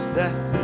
death